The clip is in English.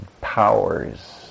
powers